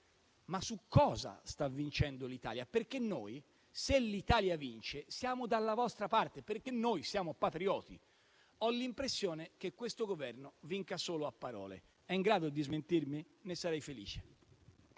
su cosa sta vincendo l'Italia? Glielo chiedo perché noi, se l'Italia vince, siamo dalla vostra parte, perché noi siamo patrioti. Ho l'impressione che questo Governo vinca solo a parole. È in grado di smentirmi? Ne sarei felice.